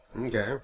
Okay